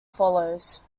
follows